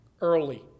early